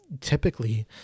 typically